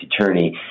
attorney